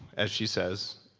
as she says,